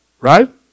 Right